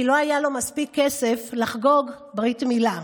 כי לא היה מספיק כסף לחגוג ברית מילה.